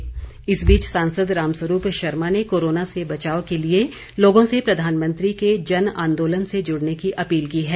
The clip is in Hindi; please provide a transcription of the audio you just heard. रामस्वरूप अपील इस बीच सांसद रामस्वरूप शर्मा ने कोरोना से बचाव के लिये लोगों से प्रधानमंत्री के जन आन्दोलन से जुड़ने की अपील की है